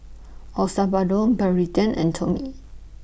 Osbaldo Braeden and Tommy